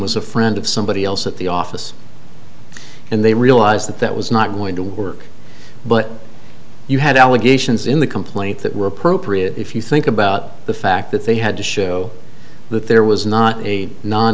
was a friend of somebody else at the office and they realized that that was not going to work but you have allegations in the complaint that were appropriate if you think about the fact that they had to show that there was not a non